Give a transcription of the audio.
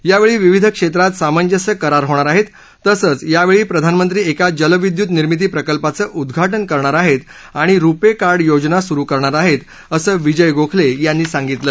यावर्षी विविध क्षप्तित सामंजस्य करार होणार आहक्त तसंच यावळी प्रधानमंत्री एका जलविद्युत निर्मिती प्रकल्पाचं उद्घाटन करणार आहक्तआणि रुपक्रिार्ड योजना सुरू करणार आहत्त्व असं विजय गोखल्यांनी सांगितलं